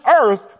earth